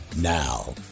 Now